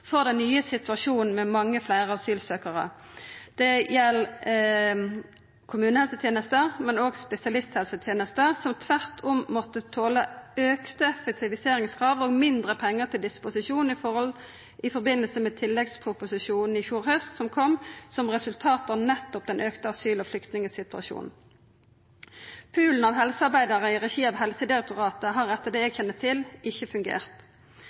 den nye situasjonen med mange fleire asylsøkjarar. Det gjeld kommunehelsetenesta, men òg spesialisthelsetenesta, som tvert imot måtte tola auka effektiviseringskrav og mindre pengar til disposisjon i samband med tilleggsproposisjonen i fjor haust, som kom nettopp som eit resultat av den auka asyl- og flyktningstraumen. Poolen av helsearbeidarar i regi av Helsedirektoratet har etter det eg kjenner til, ikkje fungert.